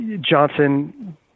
Johnson